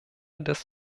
des